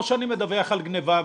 או שאני מדווח על גניבה,